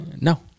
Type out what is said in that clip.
No